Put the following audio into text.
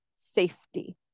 safety